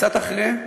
קצת אחרי,